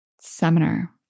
seminar